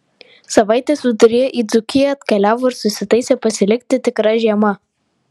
savaitės viduryje į dzūkiją atkeliavo ir susitaisė pasilikti tikra žiema